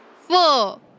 four